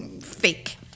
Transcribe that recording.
fake